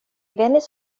venis